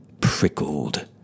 prickled